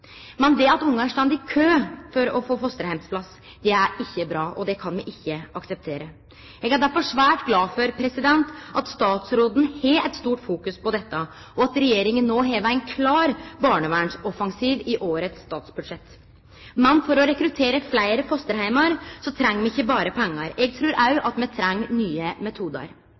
Men det at barn står i kø for å få fosterheimsplass, er ikkje bra, og det kan me ikkje akseptere. Eg er derfor svært glad for at statsråden har eit stort fokus på dette, og at regjeringa no har ein klar barnevernsoffensiv i årets statsbudsjett. Men for å rekruttere fleire fosterheimar treng me ikkje berre pengar. Eg trur òg at me treng nye metodar.